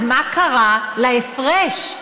אז מה קרה להפרש?